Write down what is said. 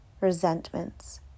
resentments